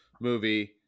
movie